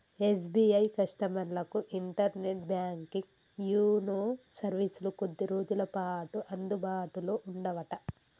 SBI కస్టమర్లకు internet banking YONO సర్వీసులు కొద్ది రోజులపాటు అందుబాటులో ఉండవట